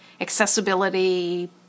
accessibility